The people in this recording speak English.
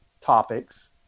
topics